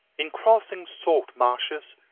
in crossing salt-marshes,